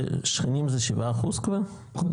ושכנים זה 7% כבר?